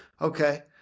Okay